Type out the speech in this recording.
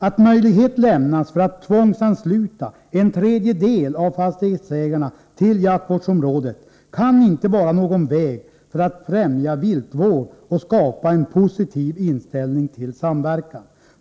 Att möjlighet lämnas för att tvångsansluta en tredjedel av fastighetsägarna till jaktvårdsområdet kan inte vara någon väg för att främja viltvård och skapa en positiv inställning till samverkan.